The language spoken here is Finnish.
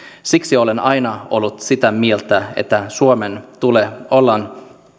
siksi olen aina ollut sitä mieltä että suomen tulee olla